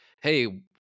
Hey